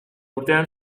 urtean